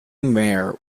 mare